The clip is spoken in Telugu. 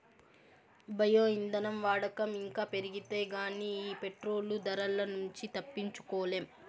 బయో ఇంధనం వాడకం ఇంకా పెరిగితే గానీ ఈ పెట్రోలు ధరల నుంచి తప్పించుకోలేం